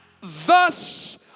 thus